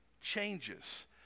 changes